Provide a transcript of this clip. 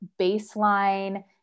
baseline